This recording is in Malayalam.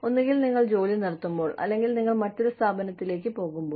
ഒന്നുകിൽ നിങ്ങൾ ജോലി നിർത്തുമ്പോൾ അല്ലെങ്കിൽ നിങ്ങൾ മറ്റൊരു സ്ഥാപനത്തിലേക്ക് പോകുമ്പോൾ